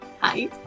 Hi